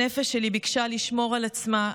הנפש שלי ביקשה לשמור על עצמה,